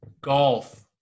golf